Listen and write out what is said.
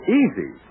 easy